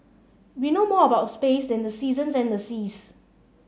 we know more about space than the seasons and the seas